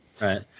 right